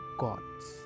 gods